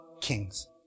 kings